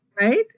right